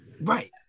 Right